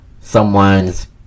someone's